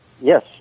Yes